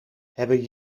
hebben